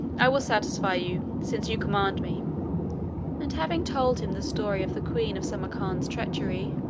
i will satisfy you, since you command me and having told him the story of the queen of samarcand's treachery